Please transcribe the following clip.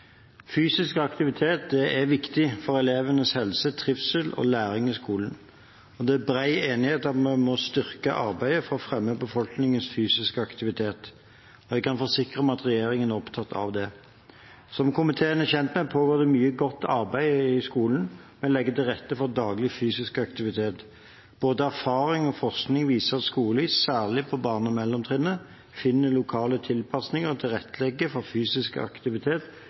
Fysisk aktivitet er viktig for elevenes helse, trivsel og læring på skolen. Det er bred enighet om at vi må styrke arbeidet for å fremme befolkningens fysiske aktivitet. Jeg kan forsikre om at regjeringen er opptatt av det. Som komiteen er kjent med, pågår det mye godt arbeid i skolen med å legge til rette for daglig fysisk aktivitet. Både erfaring og forskning viser at skoler, særlig på barne- og mellomtrinnet, finner lokale tilpasninger og tilrettelegger for fysisk aktivitet